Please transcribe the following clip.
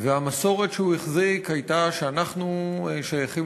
והמסורת שהוא החזיק הייתה שאנחנו שייכים